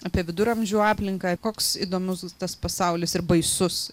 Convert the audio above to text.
apie viduramžių aplinką koks įdomus tas pasaulis ir baisus